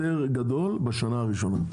גדול בשנה הראשונה.